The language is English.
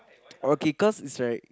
okay cause it's right